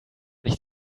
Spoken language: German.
nicht